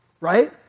Right